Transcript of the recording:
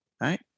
Right